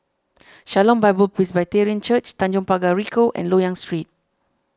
Shalom Bible Presbyterian Church Tanjong Pagar Ricoh and Loyang Street